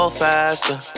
faster